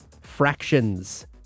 Fractions